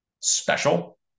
special